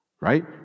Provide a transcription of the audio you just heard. right